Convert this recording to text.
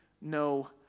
no